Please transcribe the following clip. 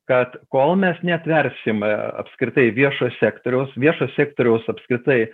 kad kol mes neatversim apskritai viešo sektoriaus viešo sektoriaus apskritai